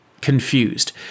Confused